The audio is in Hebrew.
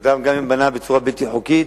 אדם, גם אם בנה בצורה בלתי חוקית,